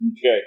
Okay